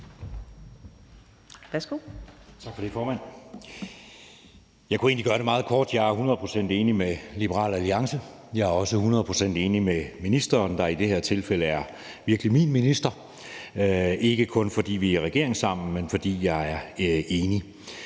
Jeg kunne egentlig gøre det meget kort. Jeg er hundrede procent enig med Liberal Alliance. Jeg er også hundrede procent enig med ministeren, der i det her tilfælde virkelig er min minister. Det er ikke kun, fordi vi er i regering sammen, men fordi jeg er enig.